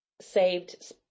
saved